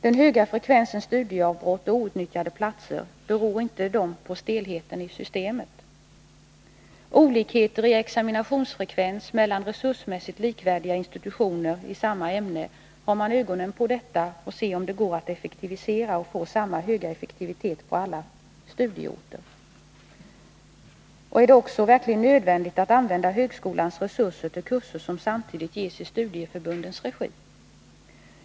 Den höga frekvensen av studieavbrott och outnyttjade platser — beror inte den på stelheten i systemet? När det gäller olikheter i examinationsfrekvens mellan resursmässigt likvärdiga institutioner i samma ämne vill jag fråga om man har ögonen på dessa olikheter och ser om det går att få samma höga effektivitet på alla studieorter. Och är det alldeles nödvändigt att använda högskolans resurser till kurser som samtidigt ges i studieförbundens regi?